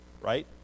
right